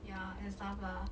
ya and stuff lah